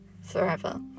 forever